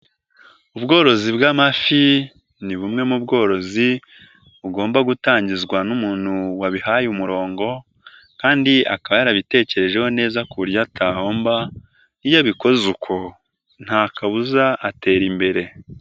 Ubworozi bw'amafi ni bumwe mu bworozi bugomba gutangizwa n'umuntu wabihaye umurongo kandi akaba yarabitekerejeho neza ku buryo atahomba, iyo abikoze uko nta kabuza atera imbere.